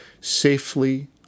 safely